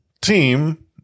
team